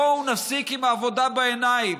בואו נפסיק עם העבודה בעיניים.